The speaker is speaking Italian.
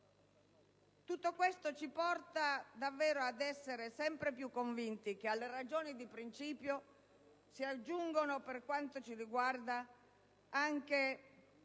processo, ci portano davvero ad essere sempre più convinti che alle ragioni di principio si aggiungono, per quanto ci riguarda, anche